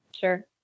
Sure